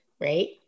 right